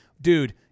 dude